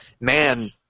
man